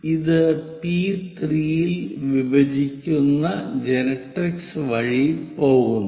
ഇത് പി3 ൽ വിഭജിക്കുന്ന ജനറട്രിക്സ് വഴി പോകുന്നു